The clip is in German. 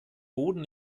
boden